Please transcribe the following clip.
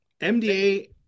MDA